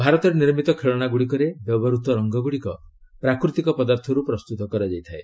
ଭାରତରେ ନିର୍ମିତ ଖେଳଶାଗୁଡ଼ିକରେ ବ୍ୟବହୃତ ରଙ୍ଗଗୁଡ଼ିକ ପ୍ରାକୃତିକ ପଦାର୍ଥରୁ ପ୍ରସ୍ତୁତ କରାଯାଇଥାଏ